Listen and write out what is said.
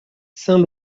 saint